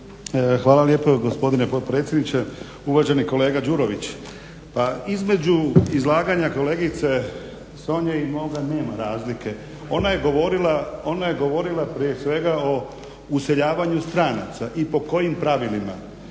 Hvala lijepo gospodine potpredsjedniče. Uvaženi kolega Đurović pa između izlaganja kolegice Sonje i moga nema razlike. Ona je govorila prije svega o useljavanju stranca i po kojim pravilima.